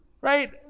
right